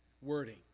wording